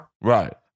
Right